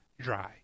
dry